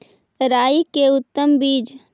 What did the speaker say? राई के उतम बिज?